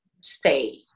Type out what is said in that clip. stay